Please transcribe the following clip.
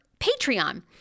Patreon